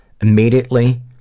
immediately